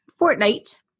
Fortnite